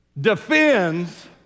defends